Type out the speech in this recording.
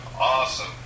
awesome